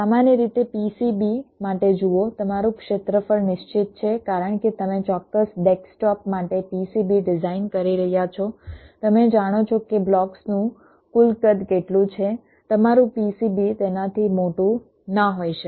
સામાન્ય રીતે PCB માટે જુઓ તમારું ક્ષેત્રફળ નિશ્ચિત છે કારણ કે તમે ચોક્કસ ડેસ્કટોપ માટે PCB ડિઝાઇન કરી રહ્યાં છો તમે જાણો છો કે બોક્સનું કુલ કદ કેટલું છે તમારું PCB તેનાથી મોટું ન હોઈ શકે